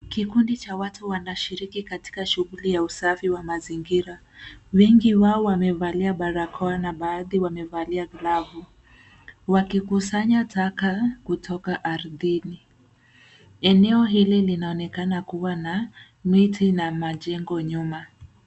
Kikundi cha watu wanashiriki katika shughuli ya usafi wa mazingira. Wengi wao wamevalia barakoa na baadhi wamevalia glavu, wakikusanya taka kutoka ardhini. Eneo hili linaonekana kuwa na miti na majengo nyuma.